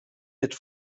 mit